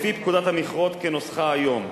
לפי פקודת המכרות כנוסחה היום,